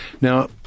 Now